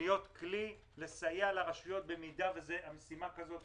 להיות כלי לסייע לרשויות במידה ומשימה כזאת